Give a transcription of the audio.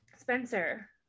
Spencer